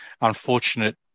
unfortunate